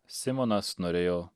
simonas norėjo